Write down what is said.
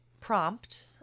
prompt